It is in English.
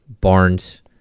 barnes